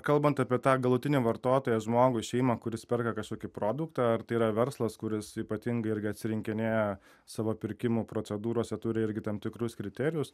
kalbant apie tą galutinį vartotoją žmogų šeimą kuris perka kažkokį produktą ar tai yra verslas kuris ypatingai irgi atsirinkinėja savo pirkimo procedūrose turi irgi tam tikrus kriterijus